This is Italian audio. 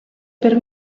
per